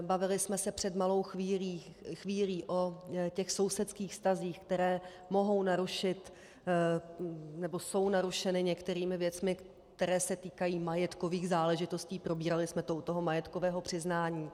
Bavili jsme se před malou chvílí o těch sousedských vztazích, které mohou narušit, nebo jsou narušeny některými věcmi, které se týkají majetkových záležitostí, probírali jsme to u toho majetkového přiznání.